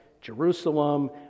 Jerusalem